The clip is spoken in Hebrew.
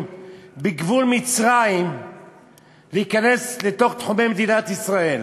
בגבול מצרים להיכנס לתוך תחומי מדינת ישראל.